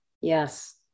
yes